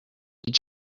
you